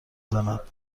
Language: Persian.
زند